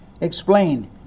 explained